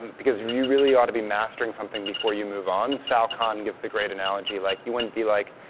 because we really ought to be mastering something before you move on. sal khan gives the great analogy like you wouldn't be like,